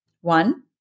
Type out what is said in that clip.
One